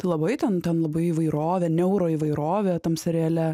tai labai ten ten labai įvairovė neuroįvairovė tam seriale